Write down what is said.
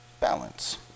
balance